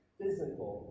physical